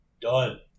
Done